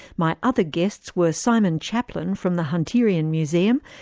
my other guests were simon chaplin from the hunterian museum,